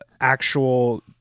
actual